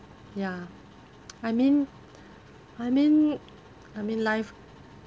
ya I mean I mean I mean life